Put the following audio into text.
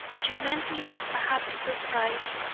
you meant me a happy surprise,